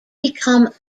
become